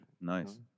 Nice